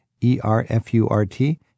E-R-F-U-R-T